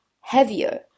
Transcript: heavier